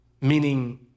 Meaning